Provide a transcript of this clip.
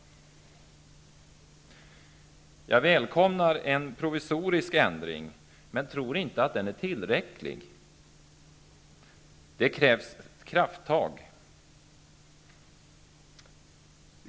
Jag välkomnar en provisorisk ändring, men jag tror inte att den är tillräcklig. Det krävs krafttag.